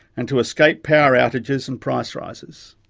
and to escape power outages and price rises.